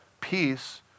peace